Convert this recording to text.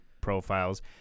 profiles